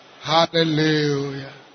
Hallelujah